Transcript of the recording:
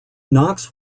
knox